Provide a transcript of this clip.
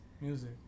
Music